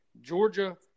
Georgia